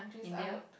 India